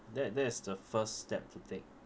that that is the first step to take